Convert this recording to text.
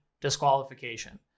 Disqualification